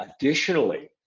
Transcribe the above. Additionally